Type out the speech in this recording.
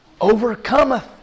overcometh